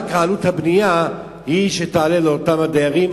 רק הבנייה היא שתעלה לאותם הדיירים,